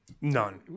None